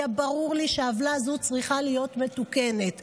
היה ברור לי שהעוולה הזאת צריכה להיות מתוקנת.